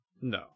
No